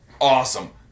Awesome